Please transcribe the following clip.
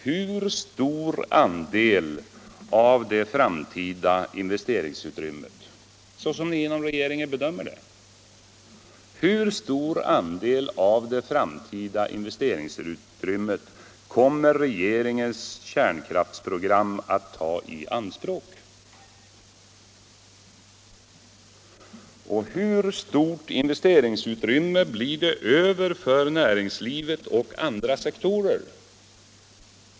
Hur stor andel av det framtida investeringsutrymmet, som ni inom regeringen bedömer det, kommer regeringens kärnkraftsprogram att ta i anspråk och hur stort investeringsutrymme blir det över för näringslivet och andra sektorer?